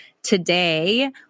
Today